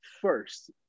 first